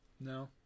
No